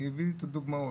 אני אביא דוגמאות.